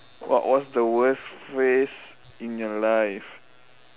what was the worst phase in your life